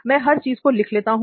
में हर चीज को लिख लेता हूं